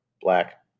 black